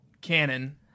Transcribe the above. canon